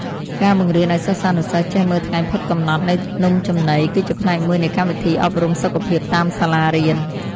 ការបង្រៀនឱ្យសិស្សានុសិស្សចេះមើលថ្ងៃផុតកំណត់នៃនំចំណី គឺជាផ្នែកមួយនៃកម្មវិធីអប់រំសុខភាពតាមសាលារៀន។